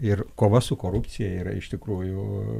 ir kova su korupcija yra iš tikrųjų